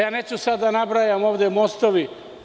Neću sada da nabrajam ovde, mostovi.